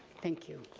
thank you.